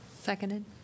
Seconded